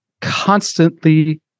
constantly